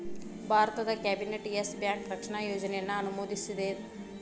ಭಾರತದ್ cabinet Yes Bank ರಕ್ಷಣಾ ಯೋಜನೆಯನ್ನ ಅನುಮೋದಿಸೇದ್